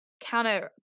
counter